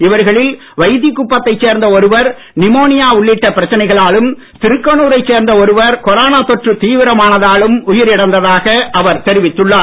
இவர்களில் வைத்திக்குப்பத்தைச் சேர்ந்த ஒருவர் நிமோனியா உள்ளிட்ட பிரச்சனைகளாலும் திருக்கனூரைச் சேர்ந்த ஒருவர் கொரோனா தொற்று தீவிரமானதாலும் உயிரிழந்ததாக அவர் தெரிவித்துள்ளார்